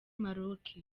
maroc